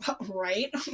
Right